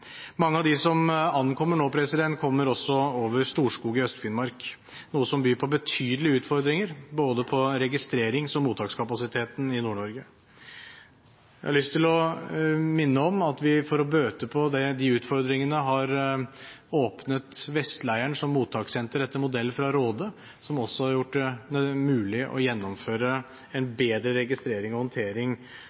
Mange av de som ankommer nå, kommer også over Storskog i Øst-Finnmark, noe som byr på betydelige utfordringer for både registrerings- og mottakskapasiteten i Nord-Norge. Jeg har lyst til å minne om at vi for å bøte på de utfordringene har åpnet Vestleiren som mottakssenter etter modell fra Råde, noe som også har gjort det mulig å gjennomføre en bedre registrering og håndtering